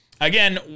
again